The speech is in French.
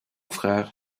frère